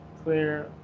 clear